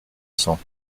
cents